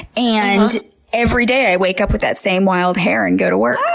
and every day i wake up with that same wild hair and go to work.